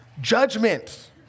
judgment